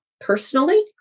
personally